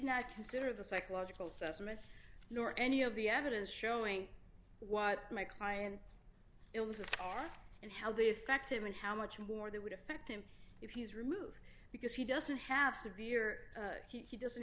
not consider the psychological assessment nor any of the evidence showing what my client illnesses are and how they affect him and how much more they would affect him if he is removed because he doesn't have severe he doesn't